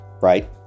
Right